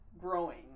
growing